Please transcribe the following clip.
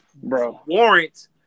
warrant